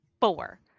four